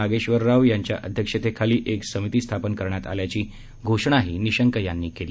नागेश्वर राव यांच्या अध्यक्षतेखाली एक समिती स्थापन करण्यात आल्याची घोषणाही निशंक यांनी यावेळी केली